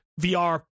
VR